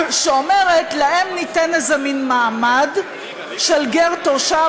שאומרת: להם ניתן איזה מן מעמד של גר תושב,